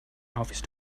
office